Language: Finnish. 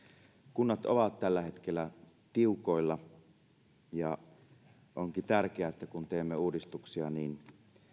kunnat ovat tällä hetkellä tiukoilla ja onkin tärkeää että kun teemme uudistuksia niin